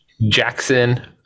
Jackson